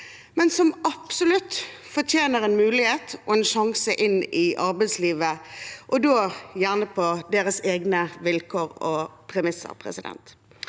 men som absolutt fortjener en mulighet og en sjanse i arbeidslivet, og da gjerne på deres egne vilkår og premisser. Nøkkelordet